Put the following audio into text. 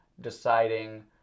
deciding